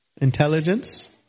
Intelligence